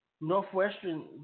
Northwestern